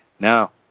Now